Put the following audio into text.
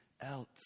else